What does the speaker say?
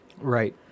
Right